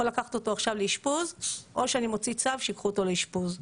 או לקחת אותו עכשיו לאשפוז או שאני מוציא צו שייקחו אותו לאשפוז.